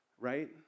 right